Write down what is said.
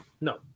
No